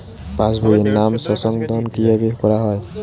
পাশ বইয়ে নাম সংশোধন কিভাবে করা হয়?